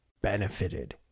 benefited